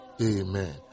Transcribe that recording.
Amen